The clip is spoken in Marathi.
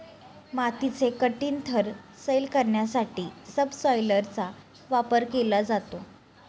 मातीचे कठीण थर सैल करण्यासाठी सबसॉयलरचा वापर केला जातो